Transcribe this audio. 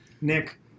Nick